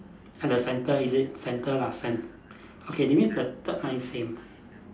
at the centre is it centre lah cen~ okay that means the third line same